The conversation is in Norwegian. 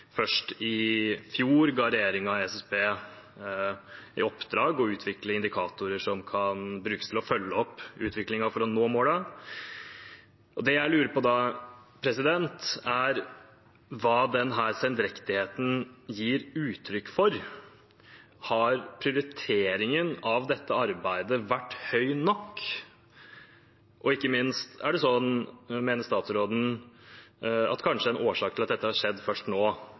Først i fjor ga regjeringen SSB i oppdrag å utvikle indikatorer som kan brukes til å følge opp utviklingen for å nå målene. Det jeg lurer på da, er hva denne sendrektigheten er uttrykk for. Har prioriteringen av dette arbeidet vært høy nok? Og ikke minst: Mener statsråden at en årsak til at dette har skjedd først nå